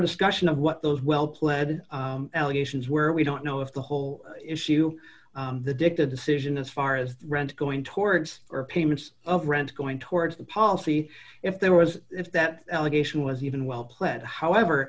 discussion of what those well pled allegations were we don't know if the whole issue the dicta decision as far as the rent going towards or payments of rent going towards the policy if there was if that allegation was even well planned however